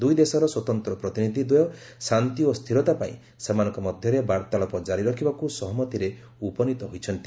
ଦୁଇ ଦେଶର ସ୍ୱତନ୍ତ୍ର ପ୍ରତିନିଧି ଦୃୟ ଶାନ୍ତି ଓ ସ୍ଥିରତା ପାଇଁ ସେମାନଙ୍କ ମଧ୍ୟରେ ବାର୍ତ୍ତାଳାପ ଜାରି ରଖିବାକୁ ସହମତିରେ ଉପନିତ ହୋଇଛନ୍ତି